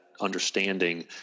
understanding